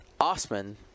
Osman